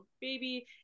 baby